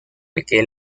aquel